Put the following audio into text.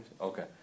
Okay